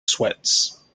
sweats